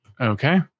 Okay